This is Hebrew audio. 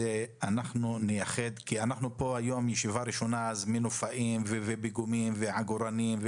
זו הישיבה הראשונה שלנו ולכן הזמנו מנופאים ואנשי פיגומים ועגורנים,